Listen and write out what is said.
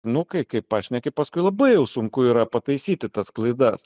nu kai kai pašneki paskui labai jau sunku yra pataisyti tas klaidas